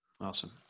Awesome